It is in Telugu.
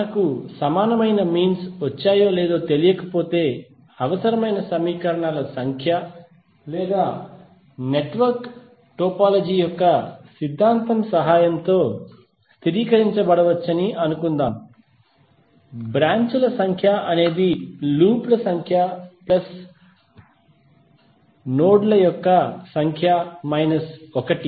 మనకు సమానమైన మీన్ విలువలు వచ్చాయో లేదో తెలియకపోతే అవసరమైన సమీకరణాల సంఖ్య లేదా నెట్వర్క్ టోపోలాజీ యొక్క సిద్ధాంతం సహాయంతో స్థిరీకరించబడవచ్చని అనుకుందాం బ్రాంచ్ ల సంఖ్య అనేది ఇది లూప్ ల సంఖ్య ప్లస్ నోడ్ల సంఖ్య మైనస్ 1